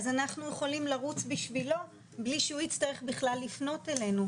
אז אנחנו יכולים לרוץ בשבילו בלי שהוא יצטרך בכלל לפנות אלינו,